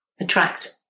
attract